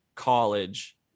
college